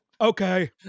Okay